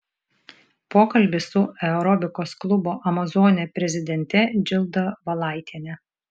pokalbis su aerobikos klubo amazonė prezidente džilda valaitiene